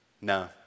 No